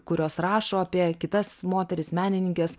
kurios rašo apie kitas moteris menininkes